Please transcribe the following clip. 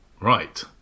Right